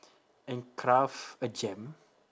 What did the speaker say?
and craft a gem